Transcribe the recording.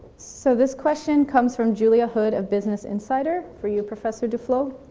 so this question comes from julia hood of business insider for you, professor duflo.